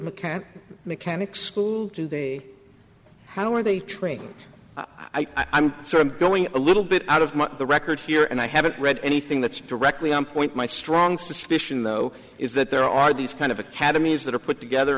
cat mechanic school to the how are they trained i'm sort of going a little bit out of the record here and i haven't read anything that's directly on point my strong suspicion though is that there are these kind of academies that are put together